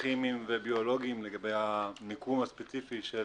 כימיים וביולוגיים לגבי המיקום הספציפי של